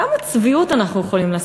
כמה צביעות אנחנו יכולים לשאת?